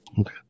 Okay